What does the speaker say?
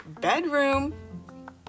bedroom